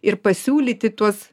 ir pasiūlyti tuos